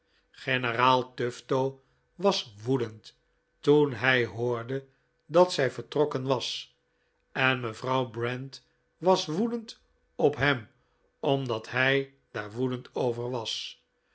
generaal tufto was woedend toen hij hoorde dat zij vertrokken was en mevrouw brent was woedend op hem omdat hij